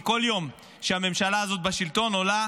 כי כל יום שהממשלה הזאת בשלטון עולה